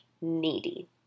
needy